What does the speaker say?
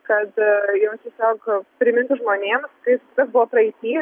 kad jos tiesiog primintų žmonėms kaip kas buvo praeity